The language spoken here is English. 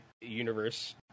universe